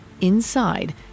Inside